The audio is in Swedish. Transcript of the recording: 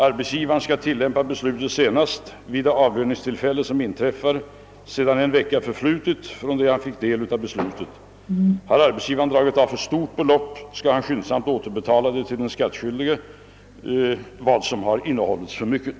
Arbetsgivaren skall tillämpa beslutet senast vid det avlöningstillfälle som inträffar sedan en vecka förflutit från det han fick del av beslutet. Har arbetsgivaren dragit av för stort belopp, skall han skyndsamt återbetala till den skattskyldige vad som innehållits för mycket.